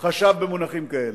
חשב במונחים כאלה.